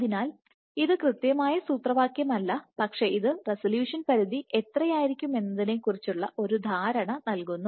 അതിനാൽ ഇത് കൃത്യമായ സൂത്രവാക്യം അല്ല പക്ഷേ ഇത് റെസല്യൂഷൻ പരിധി എത്രയായിരിക്കുമെന്നതിനെക്കുറിച്ചുള്ള ഒരു ധാരണ നൽകുന്നു